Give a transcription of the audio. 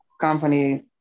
company